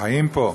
חיים פה.